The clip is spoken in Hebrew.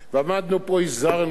עמדנו פה, הזהרנו אתכם,